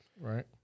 right